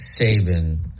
Saban